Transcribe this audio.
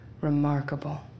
remarkable